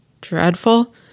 dreadful